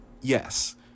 Yes